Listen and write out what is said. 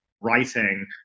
writing